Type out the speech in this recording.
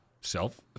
self